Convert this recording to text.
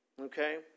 Okay